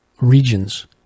regions